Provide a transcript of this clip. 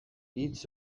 hitz